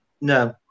No